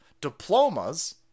diplomas